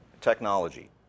Technology